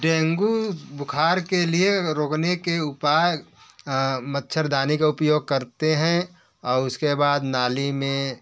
dengue बुख़ार के लिए रोकने के उपाय मच्छरदानी का उपयोग करते हैं और उसके बाद नाली में